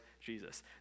Jesus